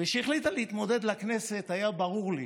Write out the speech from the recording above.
כשהחליטה להתמודד לכנסת היה ברור לי